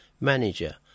Manager